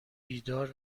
بیدار